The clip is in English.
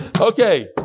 Okay